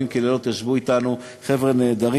ישבו אתנו ימים כלילות,